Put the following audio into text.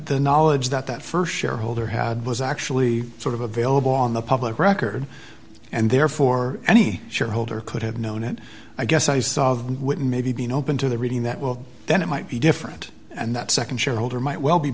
the knowledge that that st shareholder had was actually sort of available on the public record and therefore any shareholder could have known it i guess i saw would maybe be open to the reading that well then it might be different and that nd shareholder might well be